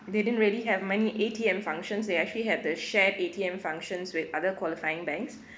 they didn't really have many A_T_M functions they actually have the shared A_T_M functions with other qualifying banks